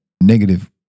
negative